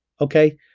Okay